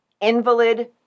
invalid